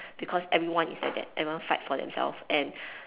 because everyone is like that everyone fights for themselves and